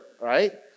right